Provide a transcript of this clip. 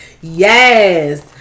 Yes